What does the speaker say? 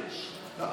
אבל,